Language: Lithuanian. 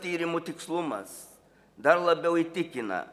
tyrimų tikslumas dar labiau įtikina